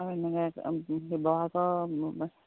আৰু এনেকৈ শিৱসাগৰ